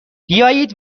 بیایید